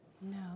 No